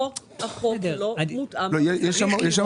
החוק לא מותאם למצב.